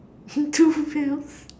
two wheels